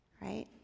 right